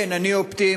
כן, אני אופטימי.